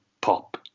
pop